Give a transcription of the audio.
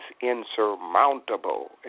insurmountable